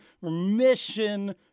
Remission